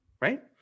right